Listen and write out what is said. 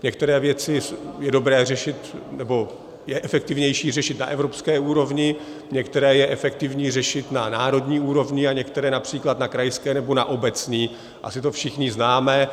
Některé věci je dobré řešit, nebo je efektivnější řešit na evropské úrovni, některé je efektivní řešit na národní úrovni a některé například na krajské nebo na obecní, asi to všichni známe.